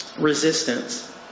resistance